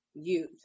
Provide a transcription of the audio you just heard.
youth